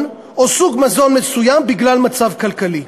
או על סוג מזון מסוים בגלל מצב כלכלי.